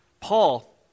Paul